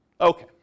Okay